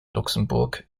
luxemburg